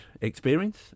experience